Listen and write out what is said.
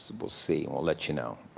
so we'll see. we'll let you know.